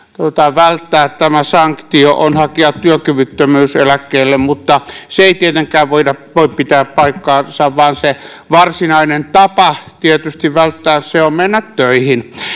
välttää tämä sanktio on hakea työkyvyttömyyseläkkeelle mutta se ei tietenkään voi pitää paikkaansa vaan se varsinainen tapa välttää se on tietysti mennä töihin